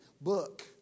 book